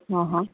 हा हा